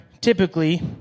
typically